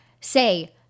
say